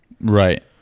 Right